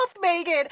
Megan